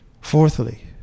Fourthly